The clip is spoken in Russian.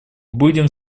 будем